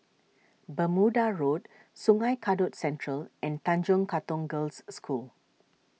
Bermuda Road Sungei Kadut Central and Tanjong Katong Girls' School